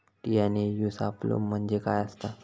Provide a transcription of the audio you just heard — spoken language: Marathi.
टी.एन.ए.यू सापलो म्हणजे काय असतां?